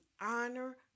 honor